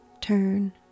turn